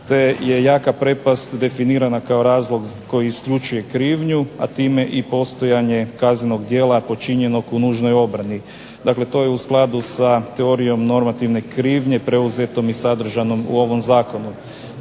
te je jaka prepast definirana kao razlog koji isključuje krivnju, a time i postojanje kaznenog djela počinjenog u nužnoj obrani. Dakle, to je u skladu sa teorijom normativne krivnje preuzetom i sadržanom u ovom zakonu.